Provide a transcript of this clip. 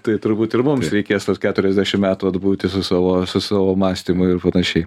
tai turbūt ir mums reikės tuos keturiasdešim metų atbūti su savo su savo mąstymu ir panašiai